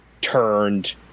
turned